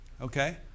Okay